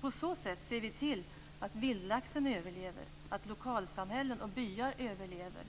På så sätt ser vi till att vildlaxen överlever, att lokalsamhällen och byar överlever